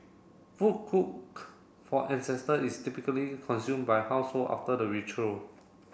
food cooked for ancestor is typically consume by household after the ritual